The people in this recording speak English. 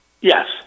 Yes